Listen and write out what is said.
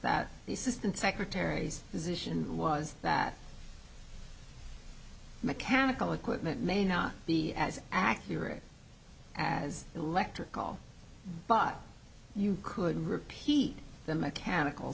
that the system secretary's position was that mechanical equipment may not be as accurate as electrical but you could repeat the mechanical